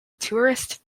tourist